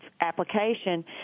application